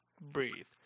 breathe